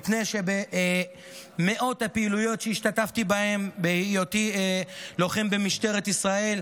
מפני שבמאות הפעילויות שהשתתפתי בהן בהיותי לוחם במשטרת ישראל,